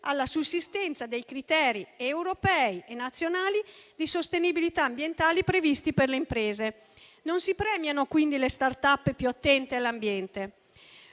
alla sussistenza dei criteri europei e nazionali di sostenibilità ambientali previsti per le imprese. Non si premiano, quindi, le *startup* più attente all'ambiente.